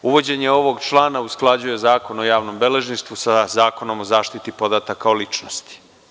Uvođenje ovog člana usklađuje Zakon o javnom beležništvu sa Zakonom o zaštiti podataka o ličnosti.